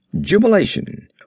Jubilation